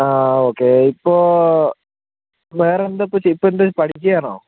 ഒക്കെ ഇപ്പോൾ വേറെയെന്താ ഇപ്പോൾ ഇപ്പോഴെന്താ പഠിക്കുകയാണോ